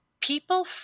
people